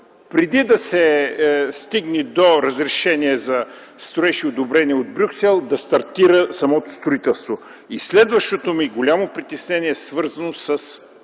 преди да се стигне до разрешение за строеж и одобрение от Брюксел да стартира самото строителство. И следващото ми голямо притеснение е свързано с